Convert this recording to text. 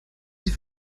sie